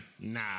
Nah